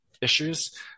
issues